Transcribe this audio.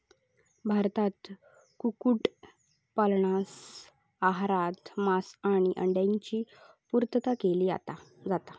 भारतात कुक्कुट पालनातना आहारात मांस आणि अंड्यांची पुर्तता केली जाता